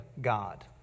God